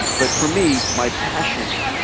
but for me, my passion,